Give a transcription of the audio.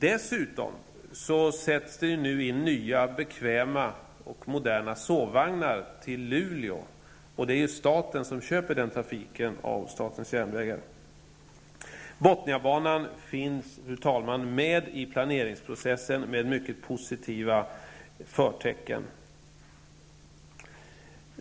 Dessutom sätts nu nya, bekväma och moderna sovvagnar in till Luleå. Det är staten som köper den trafiken av statens järnvägar. Bothniabanan finns, fru talman, med i planeringsprocessen med mycket positiva förtecken.